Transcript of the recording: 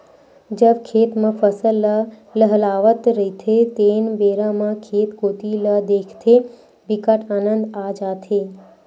जब खेत म फसल ल लहलहावत रहिथे तेन बेरा म खेत कोती ल देखथे बिकट आनंद आ जाथे